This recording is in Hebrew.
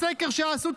בסקר שעשו,